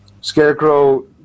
Scarecrow